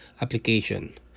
application